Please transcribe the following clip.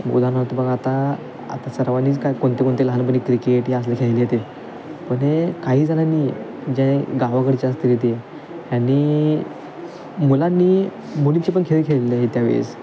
उदाहरणार्थ बघा आता आता सर्वांनीच काय कोणते कोणते लहानपणी क्रिकेट ह्या असल्या खेळले ते पण हे काहीजणांनी जे गावाकडचे असतील येते यांनी मुलांनी मुलींची पण खेळ खेळलेले आहेत त्यावेळेस